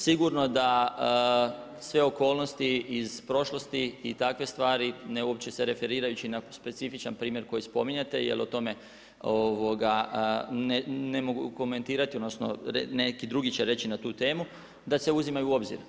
Sigurno da sve okolnosti iz prošlosti i takve stvari, ne uopće se referirajući na specifičan primjer koji spominjete, jer o tome, ne mogu komentirati, odnosno, neki drugi će reći na tu temu, da se uzimaju u obzir.